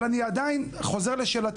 אבל אני חוזר לשאלתי